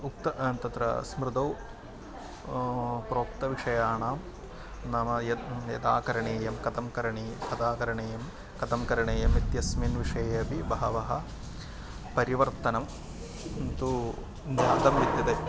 उक्तं तत्र स्मृतौ प्रोक्तविषयाणां नाम यद् यदा करणीयं कथं करणीयं कदा करणीयं कथं करणीयम् इत्यस्मिन् विषये अपि बहवः परिवर्तनं तु ज्ञातं विद्यते